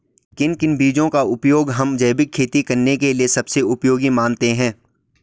किन किन बीजों का उपयोग हम जैविक खेती करने के लिए सबसे उपयोगी मानते हैं?